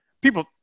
People